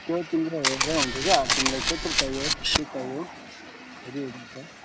त्यो तिम्रो हेरेर हुन्छ क्या तिमीलाई कत्रो चाहियो के चाहियो हेरी हेरी हुन्छ